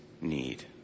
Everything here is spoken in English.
need